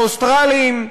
האוסטרלים.